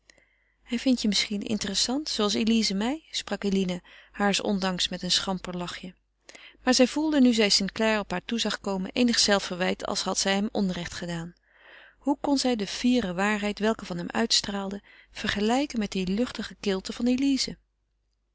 hij vindt je misschien interessant zooals elize mij sprak eline haars ondanks met een schamper lachje maar zij gevoelde nu zij st clare op haar toe zag komen eenig zelfverwijt als had zij hem onrecht gedaan hoe kon zij de fiere waarheid welke van hem uitstraalde vergelijken met de luchtige kilte van elize